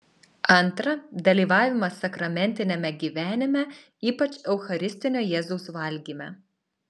antra dalyvavimas sakramentiniame gyvenime ypač eucharistinio jėzaus valgyme